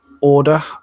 Order